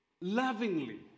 lovingly